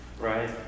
Right